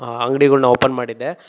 ಅಂಗಡಿಗಳ್ನ open ಮಾಡಿದ್ದೆ